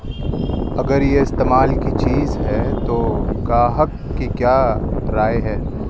اگر یہ استعمال کی چیز ہے تو گاہک کی کیا رائے ہے